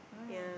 mm